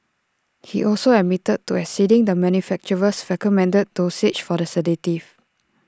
he also admitted to exceeding the manufacturer's recommended dosage for the sedative